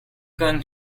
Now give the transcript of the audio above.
going